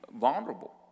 vulnerable